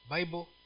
Bible